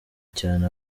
cyane